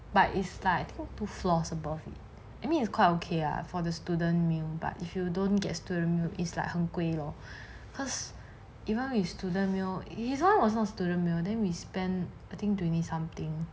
but it's like two floors above it I mean it's quite okay ya for the student meal but if you don't get the student meal it's like 很贵 lor cause even with student meal his one wasn't student meal then we spend I think twenty something